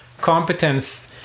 competence